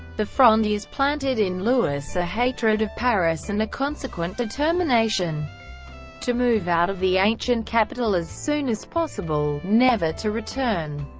the fronde years planted in louis a hatred of paris and a consequent determination to move out of the ancient capital as soon as possible, never to return.